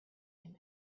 him